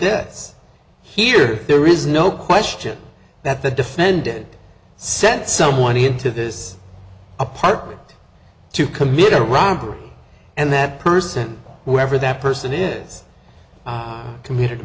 this here there is no question that the defended sent someone into this apartment to commit a robbery and that person whoever that person is committed